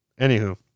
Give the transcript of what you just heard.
Anywho